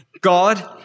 God